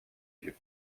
lieux